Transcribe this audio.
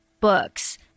books